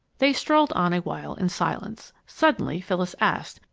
they strolled on a while in silence. suddenly phyllis asked,